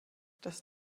das